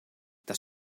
das